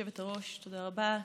תודה רבה.